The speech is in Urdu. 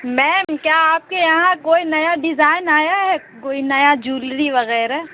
میم کیا آپ کے یہاں کوئی نیا ڈیزائین آیا ہے کوئی نیا جولری وغیرہ